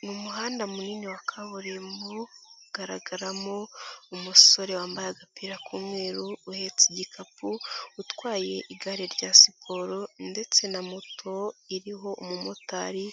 Ni umuhanda munini wa kaburimbo ugaragaramo umusore wambaye agapira k'umweru uhetse igikapu utwaye igare rya siporo ndetse na moto iriho umumotari